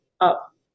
up